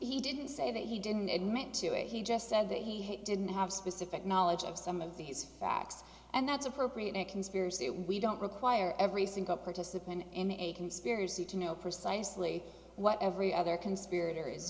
he didn't say that he didn't admit to it he just said that he didn't have specific knowledge of some of these facts and that's appropriate in a conspiracy we don't require every single participant in a conspiracy to know precisely what every other conspirator